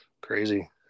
Crazy